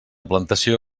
plantació